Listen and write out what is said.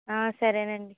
సరేనండి